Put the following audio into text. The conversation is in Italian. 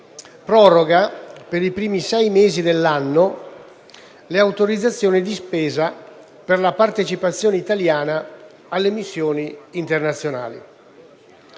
proroga per i primi sei mesi dell'anno le autorizzazioni di spesa per la partecipazione italiana alle missioni internazionali.